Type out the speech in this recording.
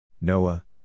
Noah